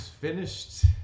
finished